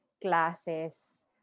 classes